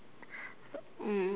um